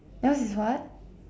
yours is what